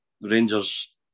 Rangers